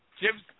Jim's